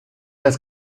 las